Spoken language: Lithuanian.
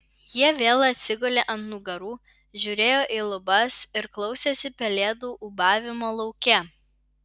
jie vėl atsigulė ant nugarų žiūrėjo į lubas ir klausėsi pelėdų ūbavimo lauke